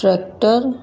tractor